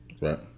Right